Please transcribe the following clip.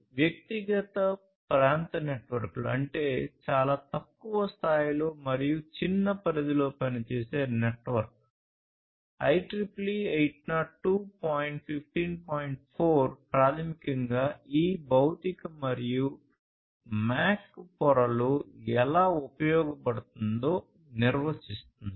వ్యక్తిగత ప్రాంత నెట్వర్క్లు ఎలా ఉపయోగించబడుతుందో నిర్వచిస్తుంది